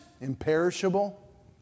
imperishable